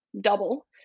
double